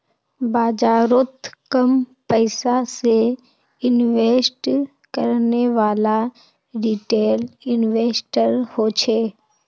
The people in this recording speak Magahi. बाजारोत कम पैसा से इन्वेस्ट करनेवाला रिटेल इन्वेस्टर होछे